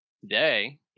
today